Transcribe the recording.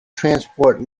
transport